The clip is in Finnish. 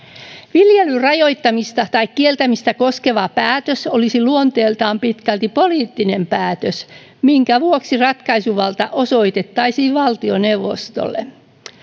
viljelyn rajoittamista tai kieltämistä koskeva päätös olisi luonteeltaan pitkälti poliittinen päätös minkä vuoksi ratkaisuvalta osoitettaisiin valtioneuvostolle